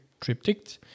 triptych